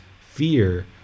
fear